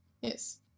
Yes